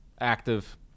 active